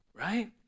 right